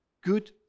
good